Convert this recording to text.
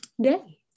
day